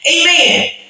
amen